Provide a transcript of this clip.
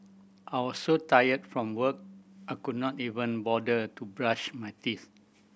I was so tired from work I could not even bother to brush my teeth